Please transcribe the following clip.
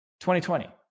2020